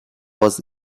was